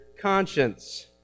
conscience